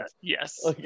Yes